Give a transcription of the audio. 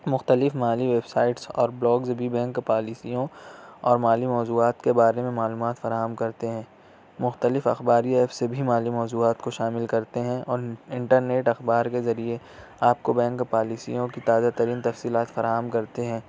مختلف مالی ویبسائٹس اور بلاگز بھی بینک پالیسیوں اور مالی موضوعات کے بارے میں معلومات فراہم کرتے ہیں مختلف اخباری ایپس سے بھی مالی موضوعات کو شامل کرتے ہیں اور انٹرنیٹ اخبار کے ذریعے آپ کو بینک پالیسیوں کی تازہ ترین تفصیلات فراہم کرتے ہیں